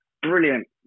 Brilliant